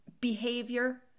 behavior